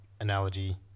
analogy